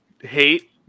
hate